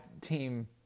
team